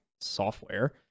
software